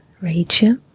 Rachel